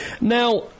Now